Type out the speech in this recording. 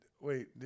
wait